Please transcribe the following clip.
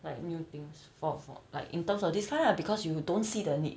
like new things for for like in terms of this kind lah because you don't see the need